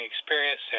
experience